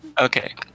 Okay